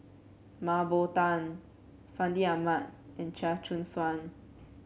Mah Bow Tan Fandi Ahmad and Chia Choo Suan